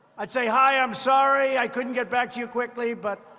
i'd say, hi, i'm sorry, i couldn't get back to you quickly but